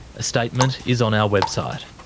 a statement is on our website.